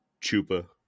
Chupa